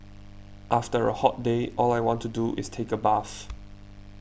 after a hot day all I want to do is take a bath